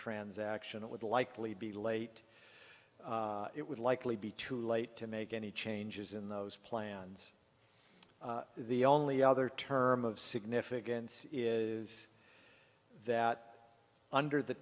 transaction it would likely be late it would likely be too late to make any changes in those plans the only other term of significance is that under the